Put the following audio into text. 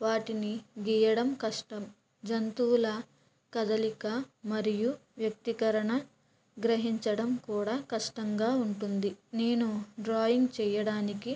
వాటిని గీయడం కష్టం జంతువుల కదలిక మరియు వ్యక్తీకరణ గ్రహించడం కూడా కష్టంగా ఉంటుంది నేను డ్రాయింగ్ చేయడానికి